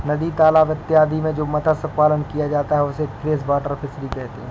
नदी तालाब इत्यादि में जो मत्स्य पालन किया जाता है उसे फ्रेश वाटर फिशरी कहते हैं